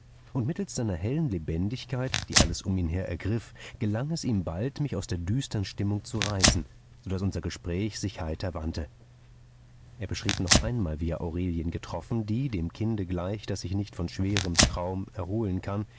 und mittelst seiner hellen lebendigkeit die alles um ihn her ergriff gelang es ihm bald mich aus der düstern stimmung zu reißen so daß unser gespräch sich heiter wandte er beschrieb noch einmal wie er aurelien getroffen die dem kinde gleich das sich nicht vom schweren traum erholen kann